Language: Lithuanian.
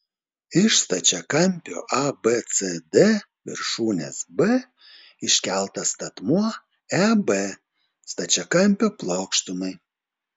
iš stačiakampio abcd viršūnės b iškeltas statmuo eb stačiakampio plokštumai